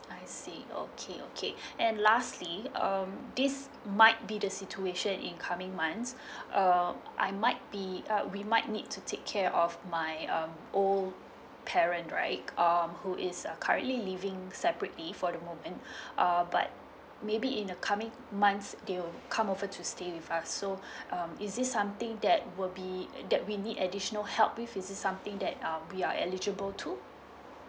I see okay okay and lastly um this might be the situation in coming months um I might be uh we might need to take care of my um old parent right uh who is a currently living separately for the moment uh but maybe in the coming months they will come over to stay with us so um is it something that will be that we need additional help with is it something that um we are eligible too